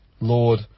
Lord